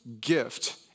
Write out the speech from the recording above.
gift